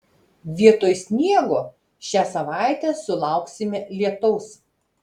vietoj sniego šią savaitę sulauksime lietaus